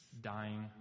dying